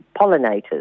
pollinators